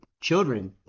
children